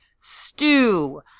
stew